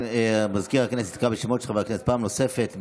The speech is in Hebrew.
נוכחת מזכיר הכנסת יקרא בשמות של חברי הכנסת פעם נוספת,